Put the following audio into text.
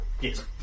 Yes